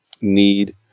need